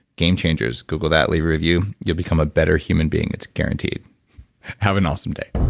game changers. google that, leave a review. you'll become a better human being, it's guaranteed have an awesome day